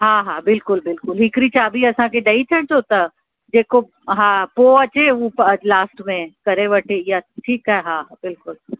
हा हा बिल्कुलु बिल्कुलु हिकड़ी चाबी असांखे ॾई छॾिजो त जेको हा पोइ अचे उहो लास्ट में करे वठे या ठीकु आहे हा बिल्कुलु